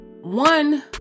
one